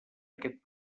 aquest